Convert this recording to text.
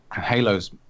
Halo's